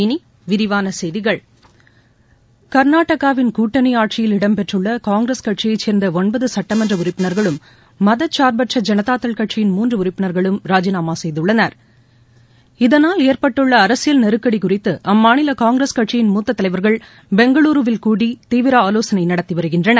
இனி விரிவான செய்திகள் கர்நாடகாவின் கூட்டணி ஆட்சியில் இடம்பெற்றுள்ள காங்கிரஸ் கட்சியை சேர்ந்த ஒன்பது சுட்டமன்ற உறுப்பினர்களும் மதசார்பற்ற மூன்று உறுப்பினர்களும் ராஜினாமா செய்துள்ளனர் இதனால் ஏற்பட்டுள்ள அரசயில் நெருக்கடி குறித்து அம்மாநில காங்கிரஸ் கட்சியின் மூத்தத்தலைவர்கள் பெங்களுருவில் கூடி தீவி ஆலோசனை நடத்தி வருகின்றனர்